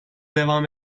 devam